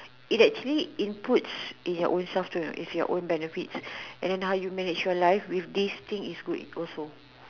it actually inputs in your own self too if your own benefits and then how you manage your life if this thing is good also